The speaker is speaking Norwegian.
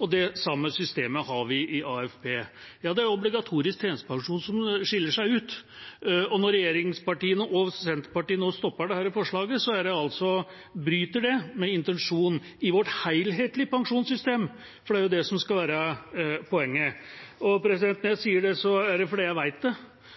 og det samme systemet har vi i AFP. Det er obligatorisk tjenestepensjon som skiller seg ut. Når regjeringspartiene og Senterpartiet nå stopper dette forslaget, så bryter det med intensjonen i vårt helhetlige pensjonssystem, for det er jo det som skal være poenget. Når jeg sier det, er det fordi jeg vet det.